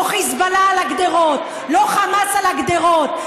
לא חיזבאללה על הגדרות, לא חמאס על הגדרות.